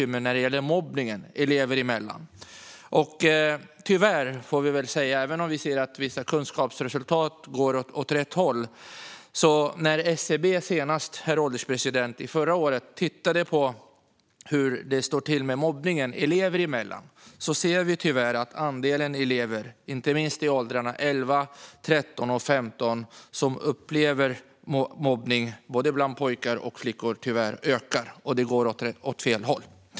Men även mobbningen elever emellan är ett problem. Även om vi ser att vissa kunskapsresultat går åt rätt håll kunde vi i SCB:S undersökning om hur det står till med mobbningen elever emellan tyvärr se att andelen elever som upplever mobbning ökar. Det gäller inte minst i åldrarna 11, 13 och 15 och både pojkar och flickor. Det går åt fel håll.